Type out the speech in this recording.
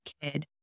kid